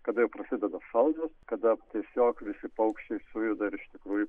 kada jau prasideda šalnos kada tiesiog visi paukščiai sujuda ir iš tikrųjų